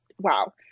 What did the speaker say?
Wow